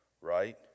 right